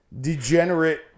degenerate